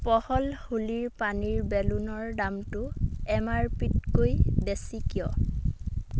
পহল হোলীৰ পানীৰ বেলুনৰ দামটো এম আৰ পিতকৈ বেছি কিয়